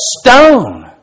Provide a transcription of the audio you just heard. stone